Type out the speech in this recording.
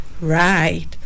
Right